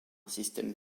système